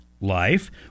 Life